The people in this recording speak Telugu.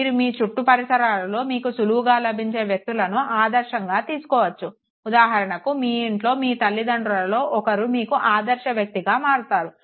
మీరు మీ చుట్టూ పరిసరాలలో మీకు సులువుగా లభించే వ్యక్తులను ఆదర్శంగా తీసుకోవచ్చు ఉదాహరణకు మీ ఇంట్లో మీ తల్లితండ్రులలో ఒకరు మీకు ఆధర్శ వ్యక్తిగా మారుతారు